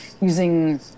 using